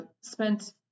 spent